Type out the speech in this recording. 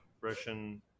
Russian